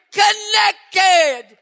connected